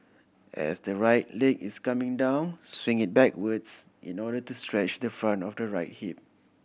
as the right leg is coming down swing it backwards in order to stretch the front of the right hip